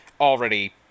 already